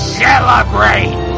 celebrate